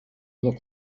look